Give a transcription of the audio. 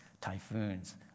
typhoons